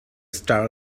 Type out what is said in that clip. star